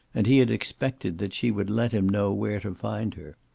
and he had expected that she would let him know where to find her.